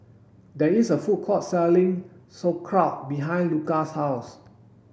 there is a food court selling Sauerkraut behind Luka's house